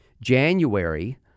January